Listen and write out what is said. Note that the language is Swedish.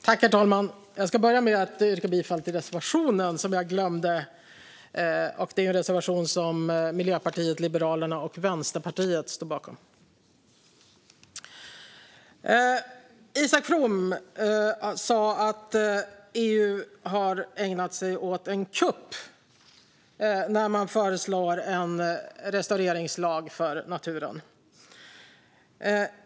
Herr talman! Jag ska börja med att yrka bifall till reservationen, vilket jag glömde. Det är en reservation som Miljöpartiet, Liberalerna och Vänsterpartiet står bakom. Isak From sa att EU har ägnat sig åt en kupp när man har föreslagit en restaureringslag för naturen.